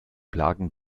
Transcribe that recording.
plagen